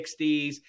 60s